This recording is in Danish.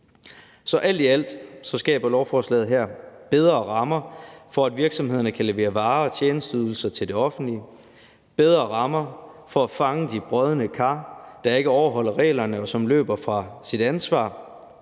alt i alt skaber lovforslaget her bedre rammer for, at virksomhederne kan levere varer og tjenesteydelser til det offentlige; bedre rammer for at fange de brodne kar, der ikke overholder reglerne, og som løber fra deres ansvar;